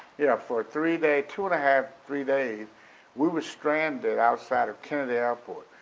yeah for three days two and a half, three days we were stranded outside of kennedy airport.